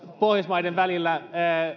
pohjoismaiden välillä